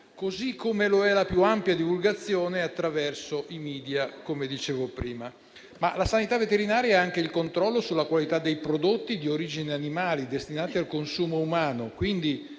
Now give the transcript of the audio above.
così come lo è la più ampia divulgazione attraverso i *media*, come dicevo prima. La sanità veterinaria è anche il controllo sulla qualità dei prodotti di origine animale destinati al consumo umano,